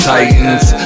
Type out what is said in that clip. Titans